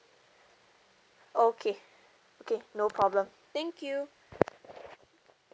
okay okay no problem thank you